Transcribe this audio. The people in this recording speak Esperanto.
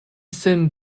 sen